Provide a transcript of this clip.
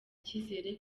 cyizere